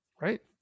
right